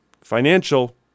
Financial